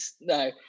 No